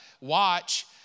watch